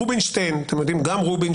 דברים.